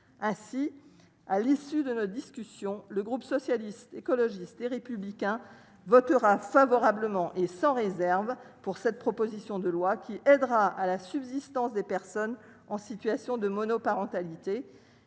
ainsi à l'issue de la discussion, le groupe socialiste, écologiste et républicain votera favorablement et sans réserve pour cette proposition de loi qui aidera à la subsistance des personnes en situation de monoparentalité